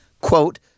quote